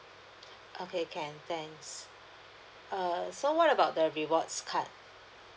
okay can thanks err so what about the rewards card